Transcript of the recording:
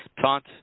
Taunt